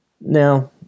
Now